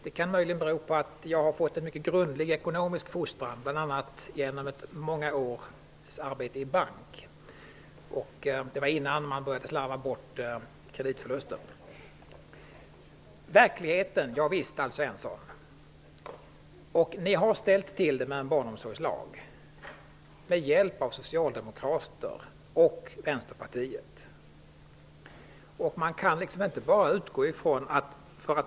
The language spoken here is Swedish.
Det kan möjligen bero på att jag har fått en mycket grundlig ekonomisk fostran, bl.a. genom många års arbete i bank -- det var innan man började slarva bort pengar genom kreditförluster. Visst skall man utgå från verkligheten, Alf Svensson. Ni har, med hjälp av socialdemokrater och vänsterpartister, ställt till det med en barnomsorgslag.